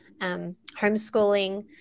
homeschooling